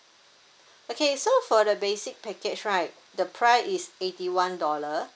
okay so for the basic package right the price is eighty one dollar